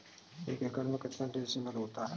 एक एकड़ में कितने डिसमिल होता है?